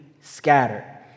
scattered